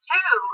Two